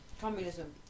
Communism